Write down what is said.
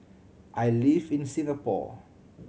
I live in Singapore